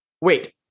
wait